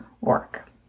work